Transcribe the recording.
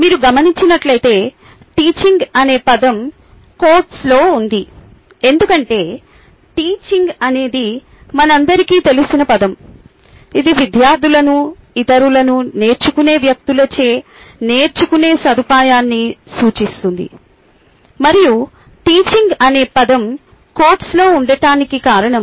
మీరు గమనించినట్లయితే టీచింగ్ అనే పదం కోట్స్లో ఉంది ఎందుకంటే టీచింగ్ అనేది మనందరికీ తెలిసిన పదం ఇది విధ్యార్ధులను ఇతరులను నేర్చుకునే వ్యక్తులచే నేర్చుకునే సదుపాయాన్ని సూచిస్తుంది మరియు టీచింగ్ అనే పదం కోట్స్ లో ఉండటానికి కారణం